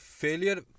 failure